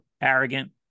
arrogant